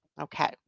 okay